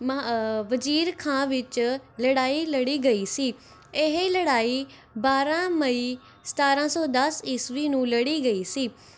ਵਜ਼ੀਰ ਖ਼ਾਂ ਵਿੱਚ ਲੜਾਈ ਲੜੀ ਗਈ ਸੀ ਇਹ ਲੜਾਈ ਬਾਰ੍ਹਾਂ ਮਈ ਸਤਾਰ੍ਹਾਂ ਸੌ ਦਸ ਈਸਵੀ ਨੂੰ ਲੜੀ ਗਈ ਸੀ